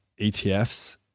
etfs